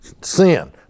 sin